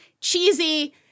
Cheesy